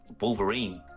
Wolverine